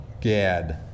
Gad